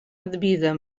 vida